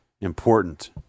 important